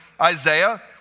Isaiah